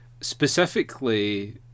specifically